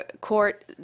court